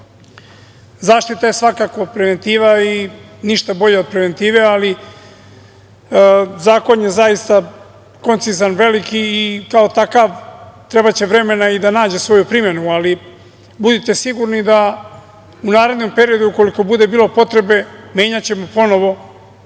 način.Zaštita je svakako preventiva i ništa bolje od preventive, ali Zakon je zaista koncizan, veliki i kao takav trebaće vremena i da nađe svoju primenu, ali budite sigurni da u narednom periodu, ukoliko bude bilo potrebe, menjaćemo ponovo,